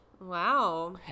wow